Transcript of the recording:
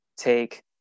take